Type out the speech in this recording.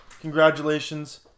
congratulations